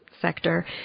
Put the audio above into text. sector